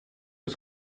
het